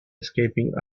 escaping